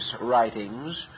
writings